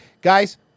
Guys